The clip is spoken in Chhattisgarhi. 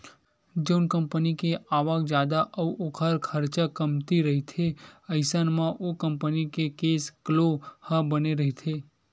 जउन कंपनी के आवक जादा अउ ओखर खरचा कमती रहिथे अइसन म ओ कंपनी के केस फ्लो ह बने रहिथे